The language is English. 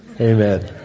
Amen